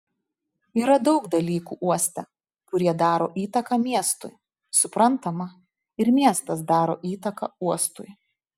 yra daug dalykų uoste kurie daro įtaką miestui suprantama ir miestas daro įtaką uostui